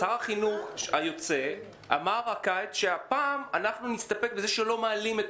שר החינוך היוצא אמר הקיץ שהפעם נסתפק בכך שלא מעלים את